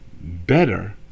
better